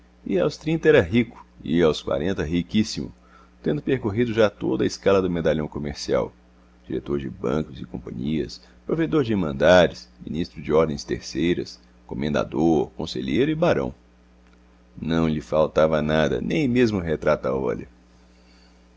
e aos trinta era rico e aos quarenta riquíssimo tendo percorrido já toda a escala do medalhão comercial diretor de bancos e companhias provedor de irmandades ministro de ordens terceiras comendador conselheiro e barão não lhe faltava nada nem mesmo o retrato a